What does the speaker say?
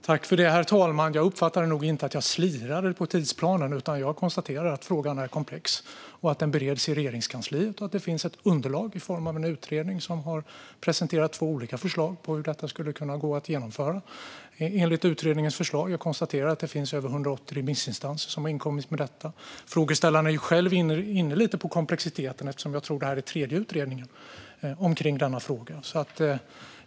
Herr talman! Jag uppfattade inte att jag slirade på tidsplanen, utan jag konstaterade att frågan är komplex. Frågan bereds i Regeringskansliet. Det finns ett underlag i form av en utredning, och den har presenterat två olika förslag på hur detta kan genomföras. Jag konstaterar att det finns remissvar från över 180 remissinstanser som har inkommit. Frågeställaren är själv inne på komplexiteten eftersom det här är den tredje utredningen i frågan.